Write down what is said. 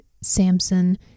Samson